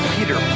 Peter